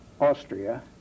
Austria